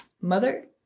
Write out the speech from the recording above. mother